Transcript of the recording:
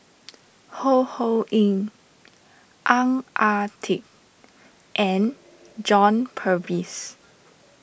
Ho Ho Ying Ang Ah Tee and John Purvis